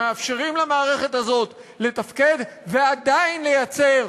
שמאפשרים למערכת הזאת לתפקד ועדין לייצר